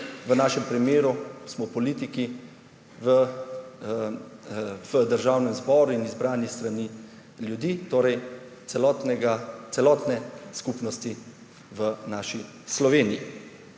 v našem primeru smo politiki v Državnem zboru in izbrani s strani ljudi, torej celotne skupnosti v naši Sloveniji.